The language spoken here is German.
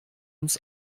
uns